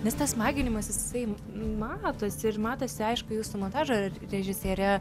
nes tas smaginimasis jisai matosi ir matosi aišku jūsų montažo režisiere